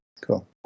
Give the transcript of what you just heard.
Cool